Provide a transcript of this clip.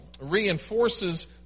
reinforces